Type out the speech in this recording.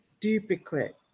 duplicate